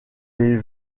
les